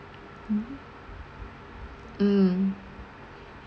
mm